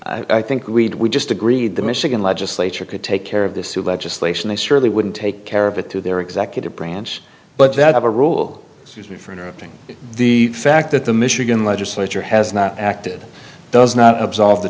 i think we'd we just agreed the michigan legislature could take care of this legislation they certainly wouldn't take care of it through their executive branch but that have a rule susan for interrupting the fact that the michigan legislature has not acted does not absolve the